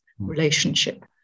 Relationship